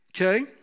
okay